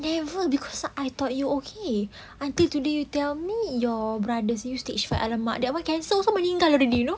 never because I thought you okay until today you tell me your brother say you stage five !alamak! that one cancel so many time already you know